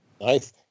Nice